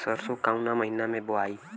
सरसो काउना महीना मे बोआई?